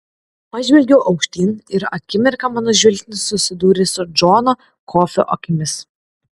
pažvelgiau aukštyn ir akimirką mano žvilgsnis susidūrė su džono kofio akimis